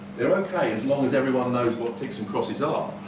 they are ok as long as everyone knows what ticks and crosses are.